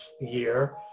year